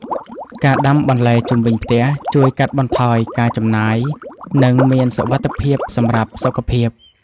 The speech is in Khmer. ការដាំបន្លែជុំវិញផ្ទះ ជួយកាត់បន្ថយការចំណាយ និងមានសុវត្ថិភាពសម្រាប់សុខភាព។